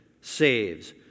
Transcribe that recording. saves